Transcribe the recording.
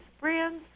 brands